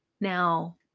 Now